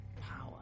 power